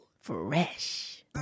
fresh